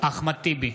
אחמד טיבי